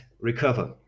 recover